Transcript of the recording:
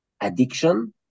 addiction